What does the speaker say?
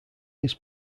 his